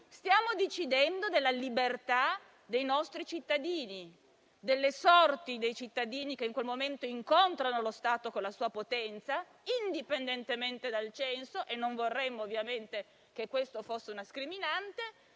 stiamo decidendo della libertà e, delle sorti dei nostri cittadini, che in quel momento incontrano lo Stato con la sua potenza, indipendentemente dal censo (e non vorremmo ovviamente che questo fosse una scriminante).